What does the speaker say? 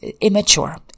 Immature